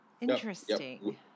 Interesting